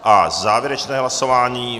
A závěrečné hlasování.